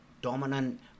Dominant